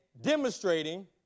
demonstrating